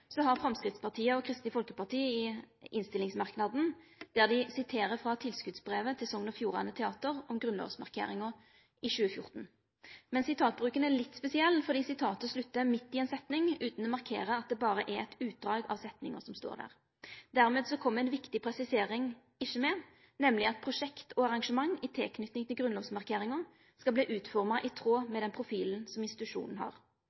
har Framstegspartiet og Kristeleg Folkeparti ein merknad i innstillinga der dei siterer frå tildelingsbrevet til Sogn og Fjordane Teater om grunnlovsmarkeringa i 2014. Men sitatbruken er litt spesiell, for sitatet sluttar midt i ei setning utan å markere at det berre er eit utdrag av setninga som står der. Dermed kjem ei viktig presisering ikkje med, nemleg at prosjekt og arrangement i tilknyting til grunnlovsmarkeringa skal vere utforma i tråd med den profilen som institusjonen har.